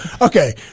Okay